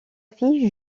fille